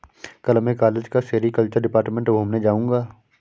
कल मैं कॉलेज का सेरीकल्चर डिपार्टमेंट घूमने जाऊंगा